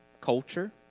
culture